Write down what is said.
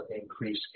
increase